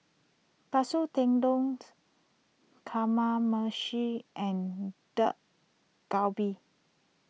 Katsu Tendont Kamameshi and Dak Galbi